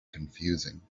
confusing